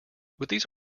these